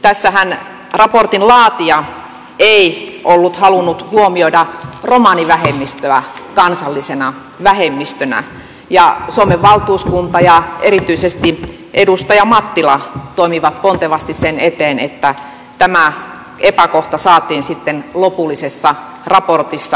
tässähän raportin laatija ei ollut halunnut huomioida romanivähemmistöä kansallisena vähemmistönä ja suomen valtuuskunta ja erityisesti edustaja mattila toimivat pontevasti sen eteen että tämä epäkohta saatiin sitten lopullisessa raportissa korjattua